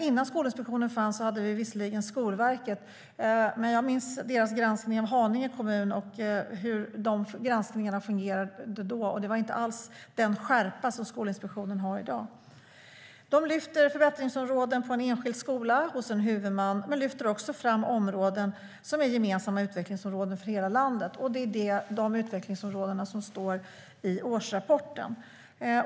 Innan Skolinspektionen fanns hade vi visserligen Skolverket. Men jag minns deras granskning av Haninge kommun och hur de granskningarna fungerade då. Det var inte alls den skärpa som Skolinspektionen har i dag. De lyfter fram förbättringsområden på en enskild skola och hos en huvudman men lyfter också fram områden som är gemensamma utvecklingsområden för hela landet. Det är de utvecklingsområdena som står i årsrapporten.